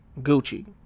Gucci